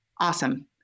awesome